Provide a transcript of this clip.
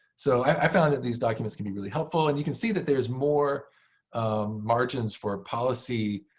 so i found that these documents can be really helpful. and you can see that there is more margins for a policy